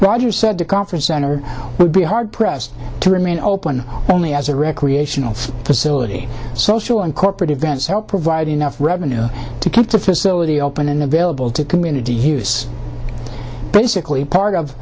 roger said the conference center would be hard pressed to remain open only as a recreational facility social and corporate events help provide enough revenue to keep the facility open and available to community use basically part of